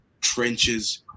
trenches